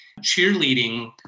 cheerleading